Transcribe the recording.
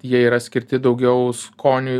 jie yra skirti daugiau skoniui